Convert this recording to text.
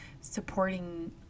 supporting